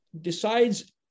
decides